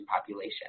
Population